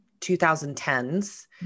2010s